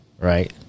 Right